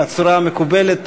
בצורה המקובלת.